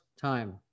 time